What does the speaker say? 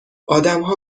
آدمها